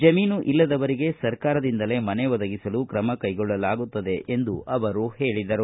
ಜಮೀನು ಇಲ್ಲದವರಿಗೆ ಸರ್ಕಾರದಿಂದಲೇ ಮನೆ ಒದಗಿಸಲು ಕ್ರಮ ಕೈಗೊಳ್ಳಲಾಗುತ್ತದೆ ಎಂದು ಹೇಳಿದರು